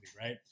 right